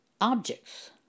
objects